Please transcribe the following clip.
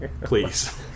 Please